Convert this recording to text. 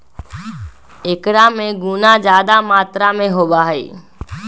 एकरा में गुना जादा मात्रा में होबा हई